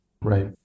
Right